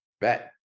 Bet